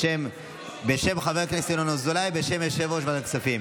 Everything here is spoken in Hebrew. בשם חבר הכנסת ינון אזולאי ובשם יושב-ראש ועדת הכספים.